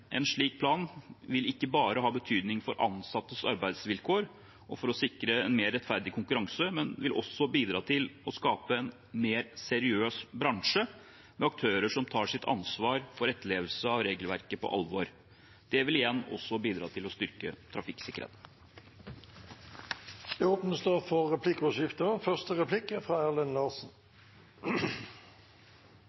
En slik plan vil ikke bare ha betydning for ansattes arbeidsvilkår og for å sikre en mer rettferdig konkurranse, men vil også bidra til å skape en mer seriøs bransje med aktører som tar sitt ansvar for etterlevelse av regelverket på alvor. Det vil også bidra til å styrke trafikksikkerheten. Det blir replikkordskifte. Nå har vi fått høre fra